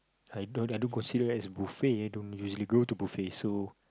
I don't I don't consider as buffet I don't usually go to buffet so